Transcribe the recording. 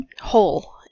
hole